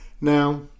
Now